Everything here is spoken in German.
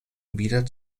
wieder